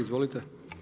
Izvolite.